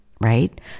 right